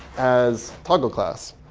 as toggleclass.